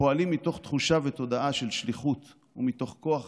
פועלים מתוך תחושה ותודעה של שליחות ומתוך כוח